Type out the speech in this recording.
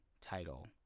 title